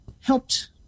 helped